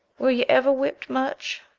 were you ever whipped much?